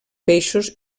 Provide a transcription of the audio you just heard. peixos